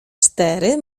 cztery